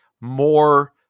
more